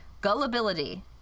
Gullibility